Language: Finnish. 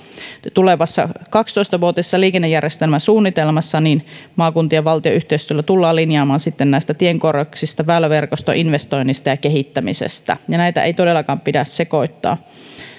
tulevassa kaksitoista vuotisessa liikennejärjestelmäsuunnitelmassa maakuntien ja valtion yhteistyöllä tullaan linjaamaan sitten näistä tien korjauksista väyläverkostoin investoinnista ja sen kehittämisestä ja näitä ei todellakaan pidä sekoittaa